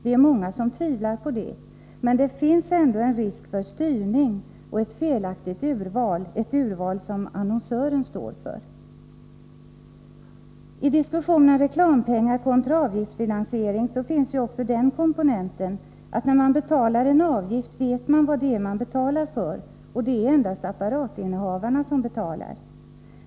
Vi är många som tvivlar på det, och det finns ändå en risk för styrning och för ett felaktigt urval, ett urval som annonsören står för. I diskussionen om reklampengar kontra avgiftsfinansiering finns också den komponenten att när man betalar en avgift vet man vad det är man betalar för och att det är endast apparatinnehavarna som betalar.